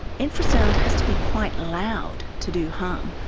infra-sound has to be quite loud to do harm,